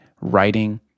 writing